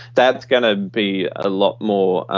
that's going to be a lot more